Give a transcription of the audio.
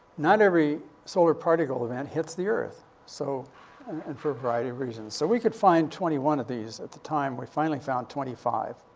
not every solar particle event hits the earth so and and for a variety of reasons. so we could find twenty one of these at the time. we finally found twenty five.